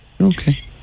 okay